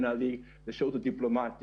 שכמו המל"ל יש גם את היועץ לביטחון לאומי של